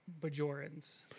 Bajorans